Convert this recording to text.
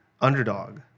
underdog